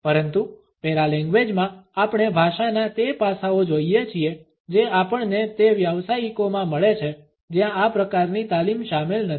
પરંતુ પેરાલેંગ્વેજમાં આપણે ભાષાના તે પાસાઓ જોઈએ છીએ જે આપણને તે વ્યાવસાયિકોમાં મળે છે જ્યાં આ પ્રકારની તાલીમ શામેલ નથી